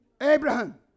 Abraham